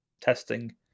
testing